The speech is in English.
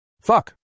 Fuck